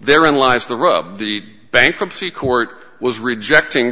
there in lies the rub the bankruptcy court was rejecting